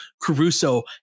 Caruso